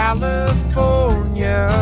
California